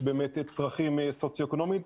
יש באמת צרכים סוציו-אקונומיים,